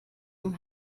dem